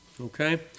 Okay